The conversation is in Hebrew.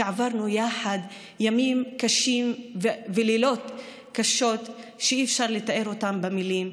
שעברנו יחד ימים קשים ולילות קשים שאי-אפשר לתאר אותם במילים,